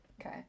Okay